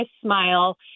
smile